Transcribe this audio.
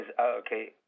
okay